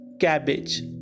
cabbage